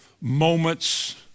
moments